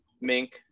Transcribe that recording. Mink